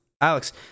alex